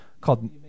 called